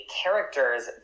characters